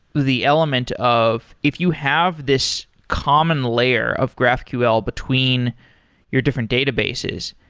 the element of if you have this common layer of graphql between your different databases,